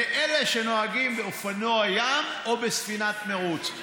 לאלה שנוהגים באופנוע ים או בספינת מרוץ.